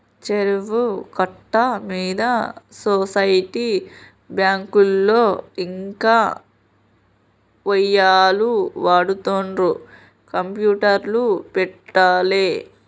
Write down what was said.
చెరువు కట్ట మీద సొసైటీ బ్యాంకులో ఇంకా ఒయ్యిలు వాడుతుండ్రు కంప్యూటర్లు పెట్టలే